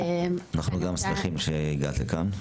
אנחנו גם שמחים שהגעת לכאן.